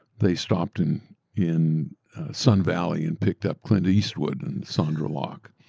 they stopped in in sun valley and picked up clint eastwood and sondra locke.